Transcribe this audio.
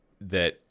that-